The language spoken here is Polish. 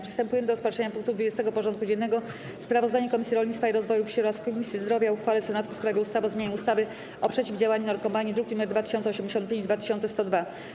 Przystępujemy do rozpatrzenia punktu 20. porządku dziennego: Sprawozdanie Komisji Rolnictwa i Rozwoju Wsi oraz Komisji Zdrowia o uchwale Senatu w sprawie ustawy o zmianie ustawy o przeciwdziałaniu narkomanii (druki nr 2085 i 2102)